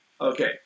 Okay